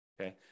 okay